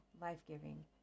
life-giving